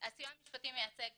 הסיוע המשפטי מייצג